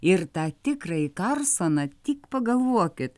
ir tą tikrąjį karlsoną tik pagalvokit